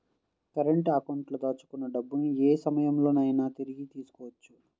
current అకౌంట్లో దాచుకున్న డబ్బుని యే సమయంలోనైనా తిరిగి తీసుకోవచ్చు